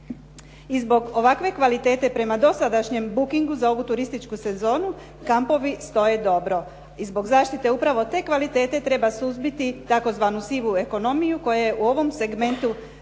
I zbog ovakve kvalitete prema dosadašnjem bookingu za ovu turističku sezonu kampovi stoje dobro. I zbog zaštite upravo te kvalitete treba suzbiti tzv. sivu ekonomiju koja je u ovom segmentu